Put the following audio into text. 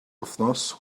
wythnos